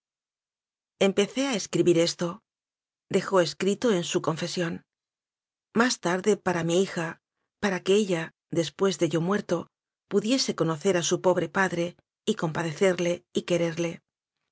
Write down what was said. empecé a escribir estodejó escrito en su confesiónmás tarde para mi hija para que ella después de yo muerto pudiese conocer a su pobre padre y compadecerle y